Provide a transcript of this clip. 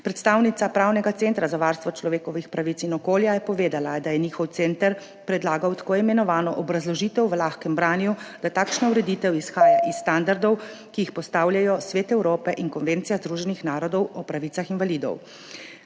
Predstavnica Pravnega centra za varstvo človekovih pravic in okolja je povedala, da je njihov center predlagal tako imenovano obrazložitev v lahkem branju, da takšna ureditev izhaja iz standardov, ki jih postavljajo Svet Evrope in Konvencija Združenih narodov o pravicah invalidov.